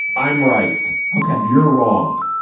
i'm right. ok. you're wrong.